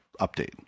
update